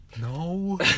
no